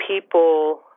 people